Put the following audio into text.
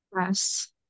Yes